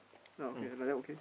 not okay like that okay